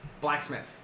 blacksmith